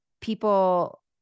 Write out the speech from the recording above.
People